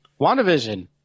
WandaVision